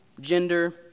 gender